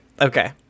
okay